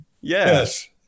yes